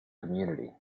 community